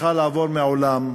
שצריכה לעבור מן העולם,